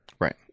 Right